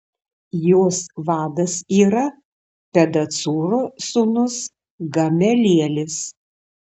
jos vadas yra pedacūro sūnus gamelielis